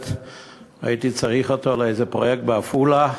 הייתי צריך אותו לאיזה פרויקט בעפולה,